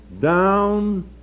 down